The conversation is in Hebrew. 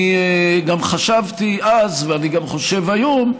אני גם חשבתי אז, ואני חושב גם היום,